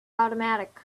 automatic